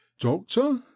DOCTOR